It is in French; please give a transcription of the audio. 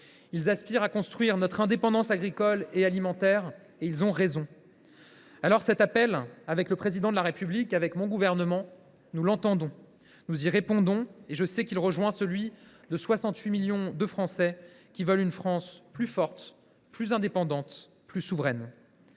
Ils aspirent à construire notre indépendance agricole et alimentaire. Ils ont raison. Alors, cet appel, avec le Président de la République, avec mon gouvernement, nous l’entendons. Nous y répondons, car je sais qu’il rejoint celui de 68 millions de Français qui veulent une France plus forte, plus indépendante, plus souveraine.